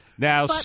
Now